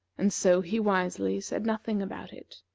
and so he wisely said nothing about it.